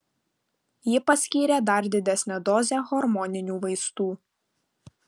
ji paskyrė dar didesnę dozę hormoninių vaistų